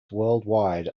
worldwide